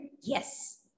Yes